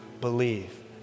believe